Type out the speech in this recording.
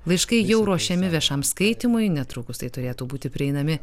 laiškai jau ruošiami viešam skaitymui netrukus tai turėtų būti prieinami